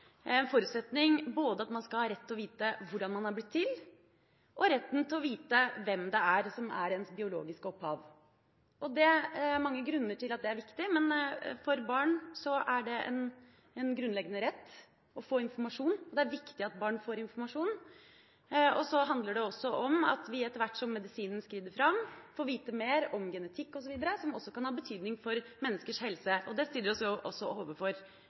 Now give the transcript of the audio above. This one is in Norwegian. at man skal ha rett til å vite både hvordan man har blitt til og hvem som er ens biologiske opphav. Det er mange grunner til at det er viktig, men for barn er det en grunnleggende rett å få informasjon, og det er viktig at barn får informasjon. Det handler også om at vi – etter hvert som den medisinske utviklingen skrider fram – får vite mer om genetikk osv., som også kan ha betydning for menneskers helse. Akkurat det spørsmålet stiller oss også overfor